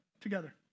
together